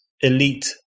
elite